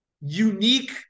unique